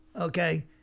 okay